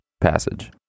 passage